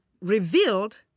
revealed